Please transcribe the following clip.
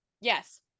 Yes